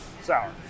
sour